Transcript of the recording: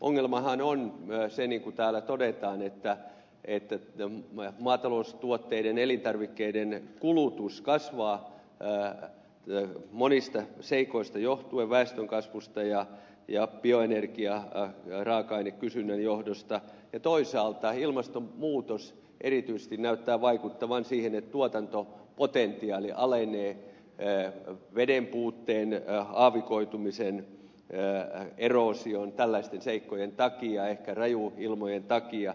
ongelmahan on se niin kuin täällä todetaan että maataloustuotteiden elintarvikkeiden kulutus kasvaa monista seikoista johtuen väestönkasvusta ja bioenergiaraaka aineen kysynnän johdosta ja toisaalta ilmastonmuutos erityisesti näyttää vaikuttavan siihen että tuotantopotentiaali halen ei ne on veden alenee vedenpuutteen aavikoitumisen eroosion tällaisten seikkojen takia ehkä rajuilmojen takia